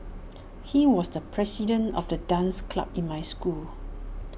he was the president of the dance club in my school